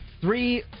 three